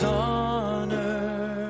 honor